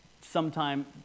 sometime